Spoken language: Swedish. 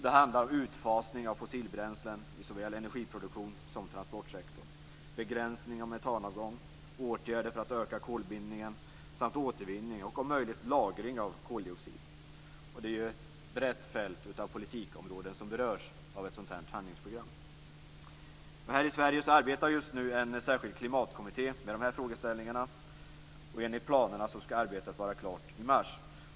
Det handlar om utfasning av fossilbränslen i såväl energiproduktion som transportsektor, begränsning av metanavgång, åtgärder för att öka kolbindningen samt återvinning och, om möjligt, lagring av koldioxid. Det är ett brett fält av politikområden som berörs av ett sådant här handlingsprogram. Här i Sverige arbetar just nu en särskild klimatkommitté med dessa frågeställningar. Enligt planerna ska arbetet vara klart i mars.